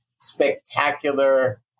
spectacular